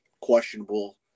questionable